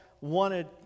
wanted